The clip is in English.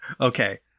okay